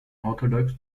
orthodox